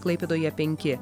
klaipėdoje penki